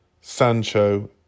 Sancho